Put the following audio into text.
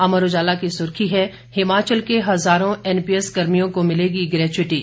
अमर उजाला की सुर्खी है हिमाचल के हजारों एनपीएस कर्मियों को मिलेगी ग्रेज्यूटी